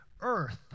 earth